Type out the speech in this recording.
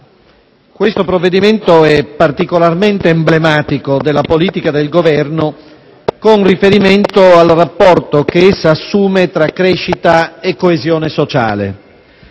questo provvedimento è particolarmente emblematico della politica del Governo con riferimento al rapporto che essa assume tra crescita e coesione sociale.